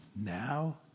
now